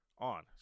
On